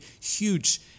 huge